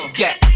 get